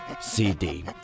CD